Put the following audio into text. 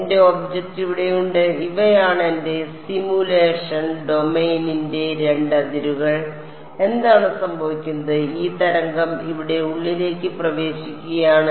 എന്റെ ഒബ്ജക്റ്റ് ഇവിടെയുണ്ട് ഇവയാണ് എന്റെ സിമുലേഷൻ ഡൊമെയ്നിന്റെ 2 അതിരുകൾ എന്താണ് സംഭവിക്കുന്നത് ഈ തരംഗം ഇവിടെ ഉള്ളിലേക്ക് പ്രവേശിക്കുകയാണ്